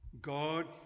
God